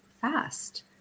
fast